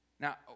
Now